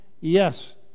yes